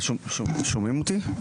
שומעים אותי?